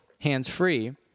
hands-free